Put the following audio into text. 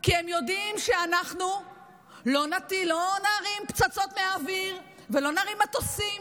כי הם יודעים שאנחנו לא נרים פצצות מהאוויר ולא נרים מטוסים.